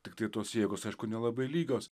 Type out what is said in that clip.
tiktai tos jėgos aišku nelabai lygios